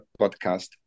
podcast